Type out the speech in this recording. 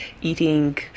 eating